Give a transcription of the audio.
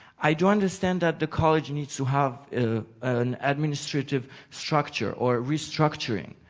i do understand that the college needs to have an administrative structure or restructuring,